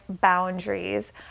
boundaries